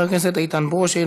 חבר הכנסת איתן ברושי,